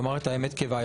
הוא אמר את האמת כהווייתה.